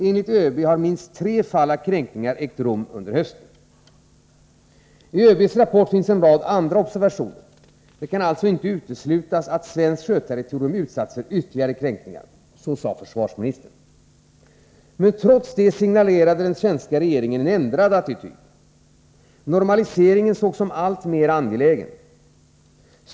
Enligt ÖB har minst tre fall av kränkningar ägt rum under hösten. I ÖB:s rapport finns en rad andra observationer. Det kan alltså inte uteslutas att svenskt sjöterritorium utsatts för ytterligare kränkningar.” Trots detta signalerade regeringen en ändrad attityd. Normaliseringen sågs som alltmer angelägen.